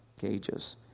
gauges